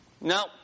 No